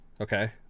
Okay